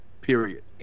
period